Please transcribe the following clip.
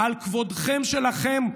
על כבודכם שלכם,